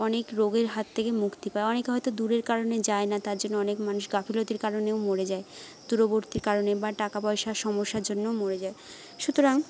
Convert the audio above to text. অনেক রোগের হাত থেকে মুক্তি পায় অনেকে হয়তো দূরের কারণে যায় না তার জন্য অনেক মানুষ গাফিলতির কারণেও মরে যায় দূরবর্তী কারণে বা টাকা পয়সার সমস্যার জন্যও মরে যায় সুতরাং